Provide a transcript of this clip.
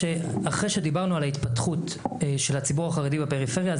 שאחרי שדיברנו על ההתפתחות של הציבור החרדי בפריפריה,